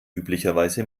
üblicherweise